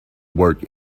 work